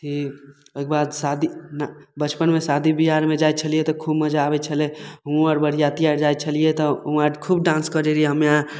ई एक बार शादी ना बचपनमे शादी बियाहआरमे जाइ छलियै तऽ खूब मजा आबय छलै हुओं आर बरियाती आर जाइ छलियै तऽ आर खूब डाँस करियै हम्मे आर